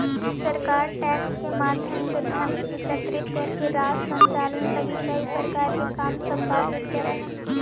सरकार टैक्स के माध्यम से धन एकत्रित करके राज्य संचालन लगी कई प्रकार के काम संपादित करऽ हई